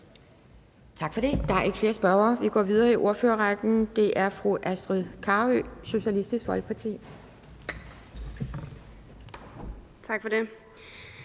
Tak for det. Der er ikke flere spørgere, så vi går videre i ordførerrækken. Den næste ordfører er fru Astrid Carøe, Socialistisk Folkeparti. Kl.